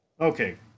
Okay